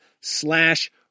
slash